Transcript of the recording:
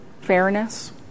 fairness